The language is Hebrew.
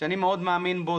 שאני מאוד מאמין בו,